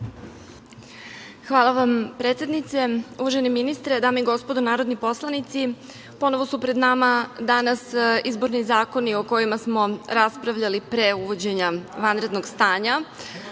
Hvala vam predsednice. Uvaženi ministre, dame i gospodo narodni poslanici, ponovo su pred nama danas izborni zakoni o kojima smo raspravljali pre uvođenja vanrednog stanja.